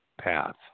path